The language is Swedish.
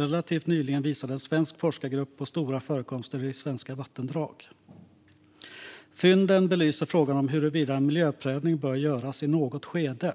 Relativt nyligen visade en svensk forskargrupp på stora förekomster i svenska vattendrag. Fynden belyser frågan om huruvida en miljöprövning bör göras i något skede.